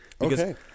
Okay